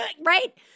right